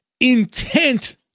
intent